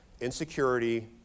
insecurity